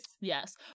Yes